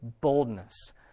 boldness